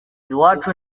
iwacu